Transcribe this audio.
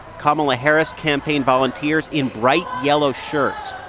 kamala harris campaign volunteers in bright yellow shirts.